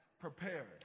prepared